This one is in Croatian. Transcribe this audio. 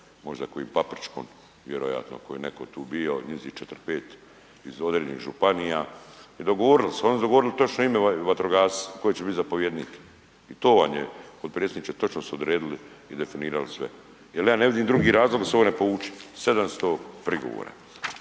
možda kojim papričkom, vjerojatno koji je neko tu bio, njijzi 4-5 iz određenih županija i dogovorili su, oni su dogovorili točno ime vatrogasca koji će bit zapovjednik i to vam je potpredsjedniče, točno su odredili i definirali sve jel ja ne vidim drugi razlog da se ovo ne povuče, 700 prigovora